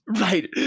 Right